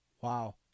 Wow